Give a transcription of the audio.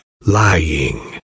lying